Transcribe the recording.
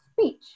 speech